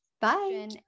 Bye